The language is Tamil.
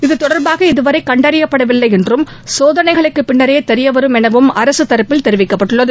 இது தொடர்பாக இதுவரை கண்டறியப்படவில்லை என்றும் சோதனைகளுக்கு பின்னரே தெரியவரும் எனவும் அரசு தரப்பில் தெரிவிக்கப்பட்டுள்ளது